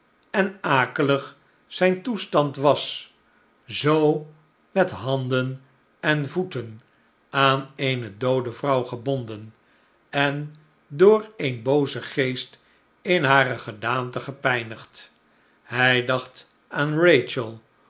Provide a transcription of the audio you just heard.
en akelig zijn toestand was zoo met handen en voeten aan eene doode vrouw gebonden en door een boozen geest in hare gedaante gepijnigd hij dacht aan